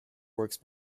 works